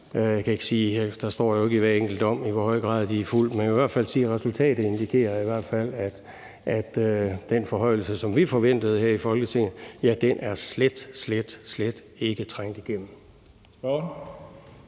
1. april 2018. Der står jo ikke i hver enkelt dom, i hvor høj grad de er fulgt, men jeg kan i hvert fald sige, at resultatet indikerer, at den forhøjelse, som vi forventede her i Folketinget, slet, slet ikke er trængt igennem.